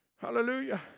Hallelujah